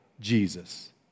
Jesus